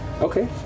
Okay